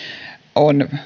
on